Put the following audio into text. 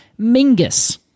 Mingus